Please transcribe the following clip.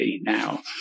now